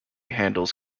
handles